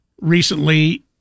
recently